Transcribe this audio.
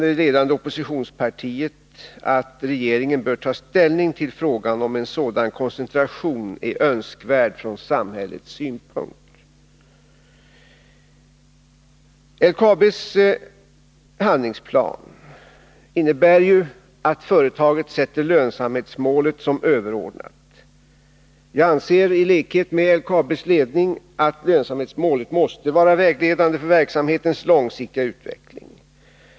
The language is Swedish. Det ledande oppositionspartiet menar att regeringen bör ta ställning till frågan om en sådan koncentration är önskvärd från samhällets synpunkt. LKAB:s handlingsplan innebär att företaget sätter lönsamhetsmålet som överordnat. Jag anser, i likhet med LKAB:s ledning, att lönsamhetsmålet måste vara vägledande för verksamhetens långsiktiga utveckling.